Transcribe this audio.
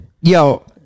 Yo